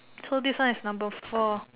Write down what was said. so this one is number four